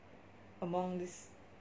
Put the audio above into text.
among this